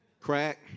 crack